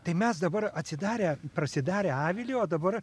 tai mes dabar atsidarę prasidarę avilį o dabar